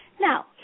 Now